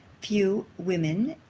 few women,